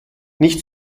nicht